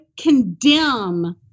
condemn